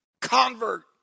convert